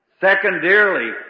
Secondarily